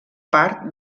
part